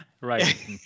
right